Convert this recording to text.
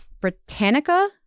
Britannica